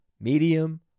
medium